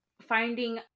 finding